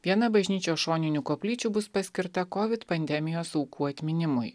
viena bažnyčios šoninių koplyčių bus paskirta kovid pandemijos aukų atminimui